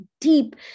deep